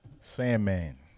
Sandman